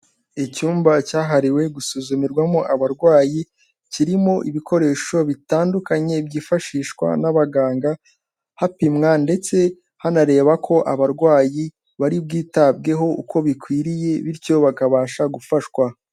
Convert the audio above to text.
Icyumba cyahariwe gusuzumirwamo abarwayi, kirimo ibikoresho bitandukanye byifashishwa n'abaganga hapimwa ndetse hanareba ko abarwayi bari bwitabweho uko bikwiriye bityo bakabasha gufashwa.